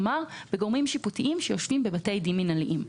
כלומר בגורמים שיפוטיים שיושבים בבתי דין מינהליים.